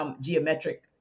geometric